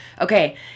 Okay